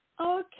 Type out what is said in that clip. Okay